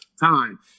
time